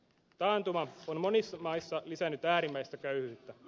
taantuma on monissa maissa lisännyt äärimmäistä köyhyyttä